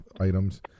items